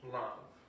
love